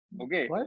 Okay